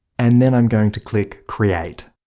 and then i'm going to click create.